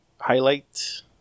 highlight